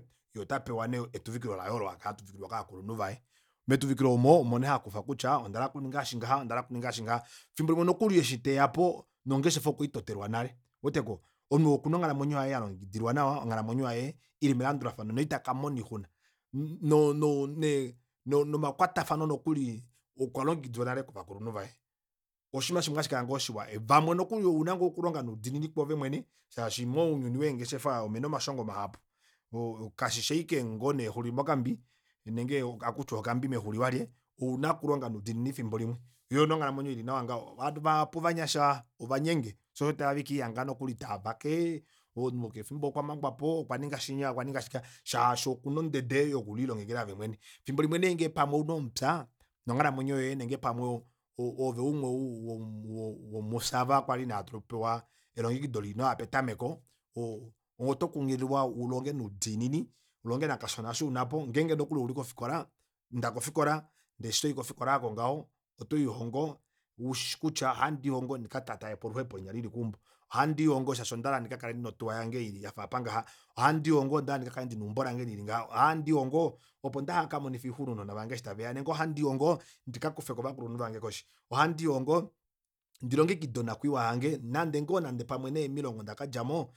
Yee otapewa nee etuvilo laye olo akala atuvikililwa kovakulunhu vaye metuvikilo nee omo omo nee hakufa kutya ondahala okuninga eshi ngaha ondahala okuninga eshingaha efimbo limwe nokuli eshi teyapo nongeshefa okwe itotelwa nale ouweteko omunhu oo okuna onghalamwenyo yalongekidilwa nawa onghalamwenyo ili melandulafano noitaka noitakamona oixuna no- ne- no- ne nomakwatafano nokuli okwa longekidilwa nale kovakulunhu vaye oshiima shimwe hashi kala ngoo shiwa vamwe nokuli ouna ngoo okulonga noudiinini kwoove mwene shaashi mounyuni weengeshefa omuna omashongo mahapu oo kashisha ashike ngoo nee exuli mokambi nenge ohakutiwa okambi mexuli walye ouna okulonga noudiinini efimbo limwe yo oyo neee onghalamwenyo ili nawa ngaho ovanhu vahapu ovanyasha ovanyenge shoo osho tohange nokuli taavake omunhu keshe efimbo okamangwapo okwaninga shinya okwaninga shike shaashi okuna ondende yokulilongela ove mwene efimbo limwe neengenge pamwe ouna omupya nonghalamwenyo oove umwe wo- wo womufye aava kwali ina ttupewa elongekido lili nawa petameko o oto kunghililwa ulonge noudiinini ulonge nokashona oko unapo ngeenge nokuli ouli kofikola inda kofikola ndee eshi toyi kofikola aako ngaho oto lihongo ushi kutya ohandiilongo ndika tatayepo oluhepo linya lili keumbo ohandiilongo shaashi ondahala ndikakale ndina otuwa yange yafa apa ngaha andihongo ondahala ndikakale ndina eumbo lange lili ngaha oha ndiilongo ohandiilongo opo ndihakamonife oixuna ounona vange eshi taveya nenge ohandiilongo ndika kufeko aakulunhu vange koshi ohandi longo ndilongekide onakwiiwa yange nande ngoo nande pamwe nee moilonga ondakadjamo